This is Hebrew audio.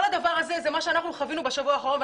כל הדבר הזה זה משהו שחווינו בשבוע האחרון.